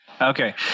Okay